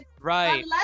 right